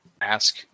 Ask